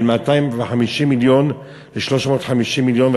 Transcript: בין 250 מיליון ל-350 מיליון,